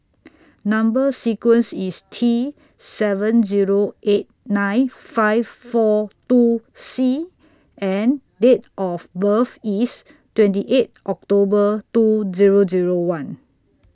Number sequence IS T seven Zero eight nine five four two C and Date of birth IS twenty eight October two Zero Zero one